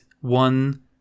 one